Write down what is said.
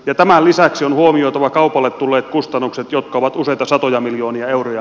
tämän lisäksi on huomioitava kaupalle tulleet kustannukset jotka ovat useita satoja miljoonia euroja